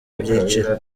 byiciro